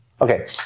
Okay